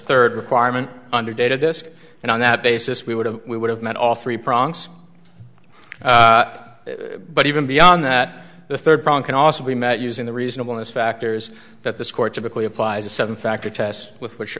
ird requirement under data disk and on that basis we would have we would have met all three prongs but even beyond that the third prong can also be met using the reasonableness factors that this court typically applies a seven factor test with which